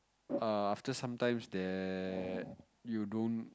err after some times that you don't